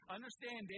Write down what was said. Understand